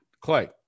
Clay